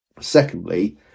Secondly